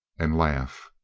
and laugh.